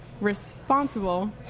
Responsible